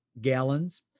gallons